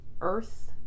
earth